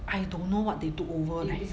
I don't know what they took over leh